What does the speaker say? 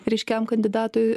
ryškiam kandidatui